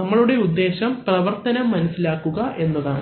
നമ്മളുടെ ഉദ്ദേശം പ്രവർത്തനം മനസ്സിലാക്കുക എന്നതാണ്